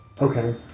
Okay